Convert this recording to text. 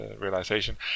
realization